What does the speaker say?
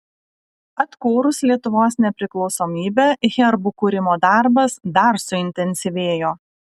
atkūrus lietuvos nepriklausomybę herbų kūrimo darbas dar suintensyvėjo